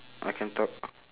I can talk